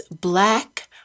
black